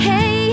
Hey